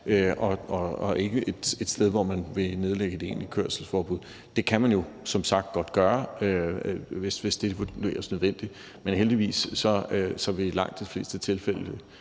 er ikke et sted, hvor man vil nedlægge et egentligt kørselsforbud. Det kan man jo som sagt godt gøre, hvis det vurderes at være nødvendigt. Men heldigvis vil det i langt de fleste tilfælde